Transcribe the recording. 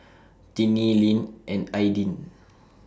Tinnie Linn and Aidyn